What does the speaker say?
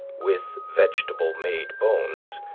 with vegetable-made bones,